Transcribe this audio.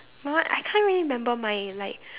you know what I can't really remember mine like